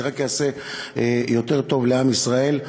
זה רק יעשה יותר טוב לעם ישראל.